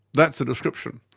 that's the description.